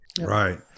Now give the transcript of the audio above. Right